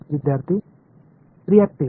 विद्यार्थीः रियाक्टिव्ह